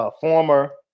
former